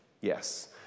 Yes